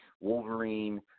Wolverine